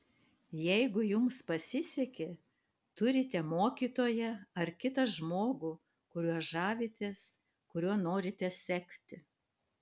jeigu jums pasisekė turite mokytoją ar kitą žmogų kuriuo žavitės kuriuo norite sekti